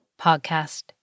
Podcast